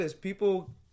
People